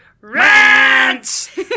Rants